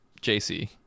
JC